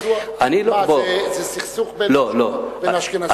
מה זה, סכסוך בין האשכנזים, לא.